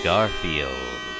Garfield